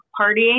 partying